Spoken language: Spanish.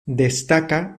destaca